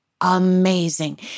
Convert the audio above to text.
Amazing